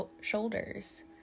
shoulders